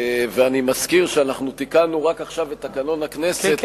ואני מזכיר שאנחנו תיקנו רק עכשיו את תקנון הכנסת באופן,